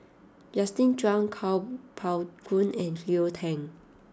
Justin Zhuang Kuo Pao Kun and Cleo Thang